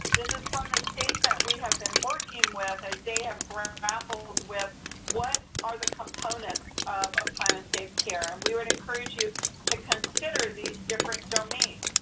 this is from the states that we have been working with as they have grappled with what are the components of a plan of safe care, and we would encourage you to consider these different domains.